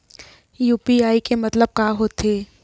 UPI के मतलब का होथे?